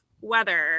weather